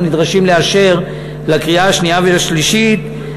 נדרשים לאשר בקריאה שנייה ושלישית,